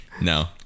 no